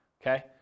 okay